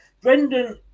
Brendan